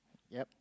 yup